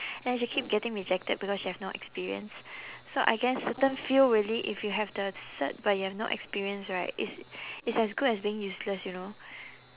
then she keep getting rejected because she have no experience so I guess certain field really if you have the cert but you have no experience right it's it's as good as being useless you know